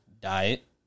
diet